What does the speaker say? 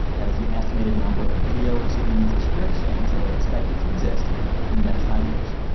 that is the estimated number of video streaming subscriptions that are expected to exist in the next five years.